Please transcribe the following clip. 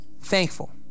Thankful